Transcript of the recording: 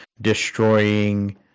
destroying